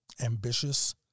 ambitious